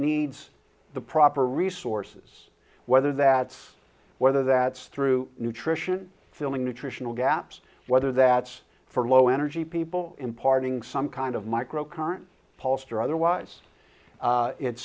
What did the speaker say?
needs the proper resources whether that's whether that's through nutrition filling nutritional gaps whether that's for low energy people imparting some kind of micro current pulse or otherwise it's